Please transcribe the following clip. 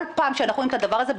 כל פעם שאנחנו רואים את הדבר הזה,